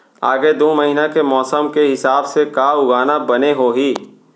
आगे दू महीना के मौसम के हिसाब से का उगाना बने होही?